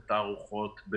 בתערוכות,